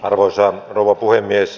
arvoisa rouva puhemies